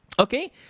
Okay